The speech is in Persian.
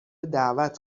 دعوت